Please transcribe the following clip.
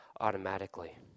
automatically